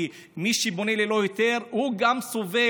כי מי שבונה ללא היתר גם הוא סובל,